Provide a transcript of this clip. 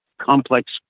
complex